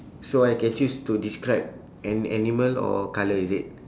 so I can choose to describe an animal or colour is it